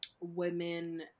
women